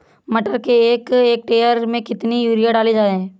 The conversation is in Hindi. मटर के एक हेक्टेयर में कितनी यूरिया डाली जाए?